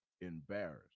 embarrassed